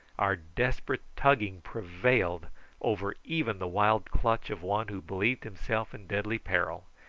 our desperate tugging prevailed over even the wild clutch of one who believed himself in deadly peril.